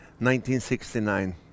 1969